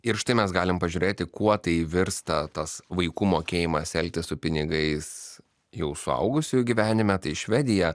ir štai mes galim pažiūrėti kuo tai virsta tas vaikų mokėjimas elgtis su pinigais jau suaugusiųjų gyvenime tai švedija